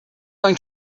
going